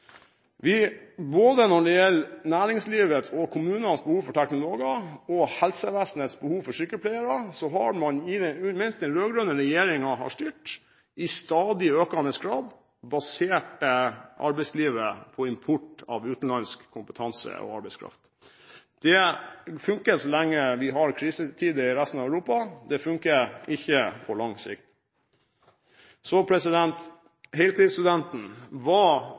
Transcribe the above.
til. Både når det gjelder næringslivets og kommunenes behov for teknologer og helsevesenets behov for sykepleiere, har man mens den rød-grønne regjeringen har styrt, i stadig økende grad basert arbeidslivet på import av utenlandsk kompetanse og arbeidskraft. Det funker så lenge vi har krisetider i resten av Europa, men det funker ikke på lang sikt. Heltidsstudenten var